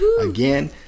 Again